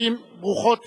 ברוכות תהיו.